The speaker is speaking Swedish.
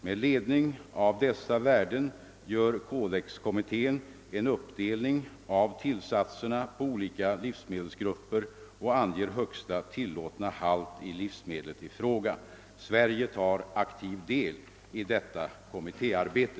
Med ledning av dessa värden gör Codexkommittén en fördelning av tillsatserna på olika livsmedelsgrupper och anger högsta tillåtna halt i livsmedlet i fråga. Sverige tar aktiv del i detta kommitté arbete.